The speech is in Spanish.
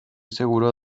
seguro